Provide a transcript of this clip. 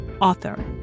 author